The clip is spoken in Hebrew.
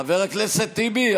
חבר הכנסת טיבי,